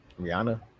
Rihanna